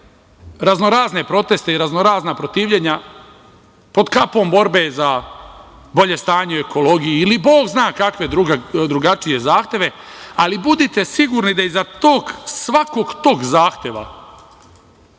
raznorazne proteste i raznorazna protivljenja pod kapom borbe za bolje stanje u ekologiji ili Bog zna kakve drugačije zahteve, ali budite sigurni da iza tog svakog zahteva,